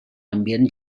ambient